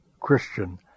Christian